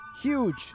Huge